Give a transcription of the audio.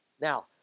Now